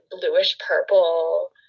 bluish-purple